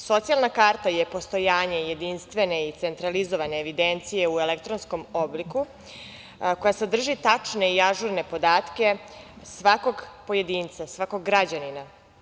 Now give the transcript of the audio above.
Socijalna karta je postojanje jedinstvene i centralizovane evidencije u elektronskom obliku koja sadrži tačne i ažurne podatke svakog pojedinca, svakog građanina.